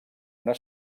una